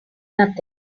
nothing